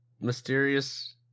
mysterious